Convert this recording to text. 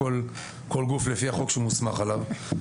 כל גוף לפי החוק שהוא מוסמך עליו.